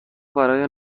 برای